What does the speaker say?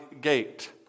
Gate